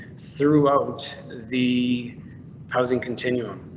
throughout the housing continuum,